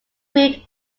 grouped